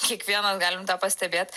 kiekvienas galim tą pastebėt